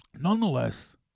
Nonetheless